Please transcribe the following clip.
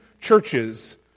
churches